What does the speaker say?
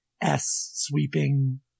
S-sweeping